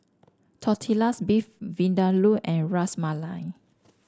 Tortillas Beef Vindaloo and Ras Malai